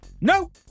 No